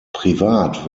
privat